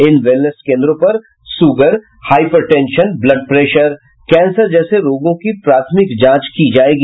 इन wellness केंद्रों पर sugar hypertension blood pressure cancer जैसे रोगों की प्राथमिक जांच की जायेगी